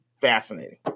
fascinating